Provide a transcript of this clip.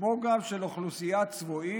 כמו גם של אוכלוסיית צבועים